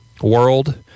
World